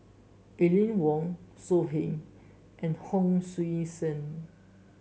Aline Wong So Heng and Hon Sui Sen